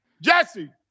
Jesse